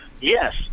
yes